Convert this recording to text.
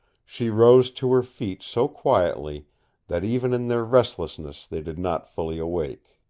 she rose to her feet so quietly that even in their restlessness they did not fully awake.